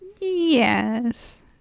Yes